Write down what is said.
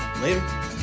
Later